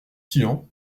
tian